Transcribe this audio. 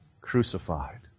crucified